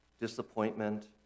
disappointment